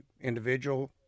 individual